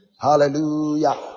Hallelujah